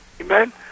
Amen